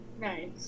Nice